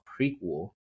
prequel